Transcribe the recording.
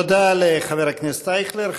תודה לחבר הכנסת אייכלר.